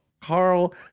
Carl